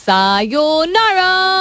Sayonara